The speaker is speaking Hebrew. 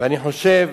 ואני חושב